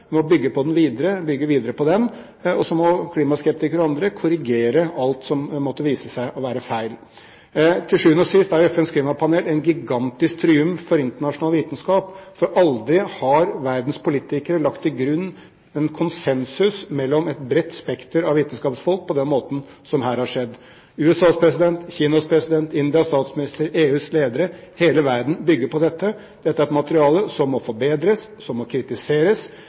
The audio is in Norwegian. bygge videre på den, og så må klimaskeptikere og andre korrigere alt som måtte vise seg å være feil. Til sjuende og sist er FNs klimapanel en gigantisk triumf for internasjonal vitenskap, for aldri har verdens politikere lagt til grunn en konsensus mellom et bredt spekter av vitenskapsfolk på den måten som her har skjedd. USAs president, Kinas president, Indias statsminister og EUs ledere – hele verden – bygger på dette. Dette er et materiale som må forbedres, og som må kritiseres.